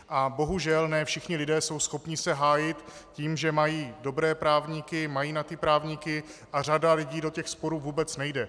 A bohužel ne všichni lidé jsou schopni se hájit tím, že mají dobré právníky, mají na ty právníky, a řada lidí do těch sporů vůbec nejde.